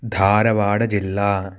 धारवाडजिल्ला